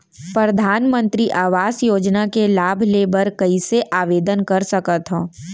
परधानमंतरी आवास योजना के लाभ ले बर कइसे आवेदन कर सकथव?